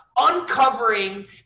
uncovering